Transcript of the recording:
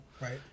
right